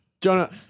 Jonah